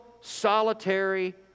solitary